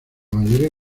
mayoría